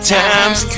times